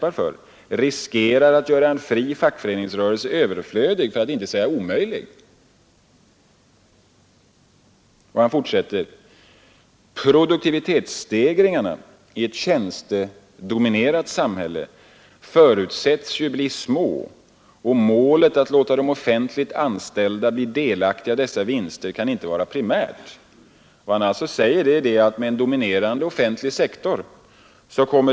Det är intressant att notera att herr Meidner själv i det föredrag som givits ett så omfattande utrymme i debatten pekar på dessa svårigheter, under det att hans eftersägare inte velat se dem. Det finns till att börja med risk för en omfattande byråkratisering när den offentliga sektorn växer.